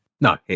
no